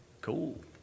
cool